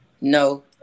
No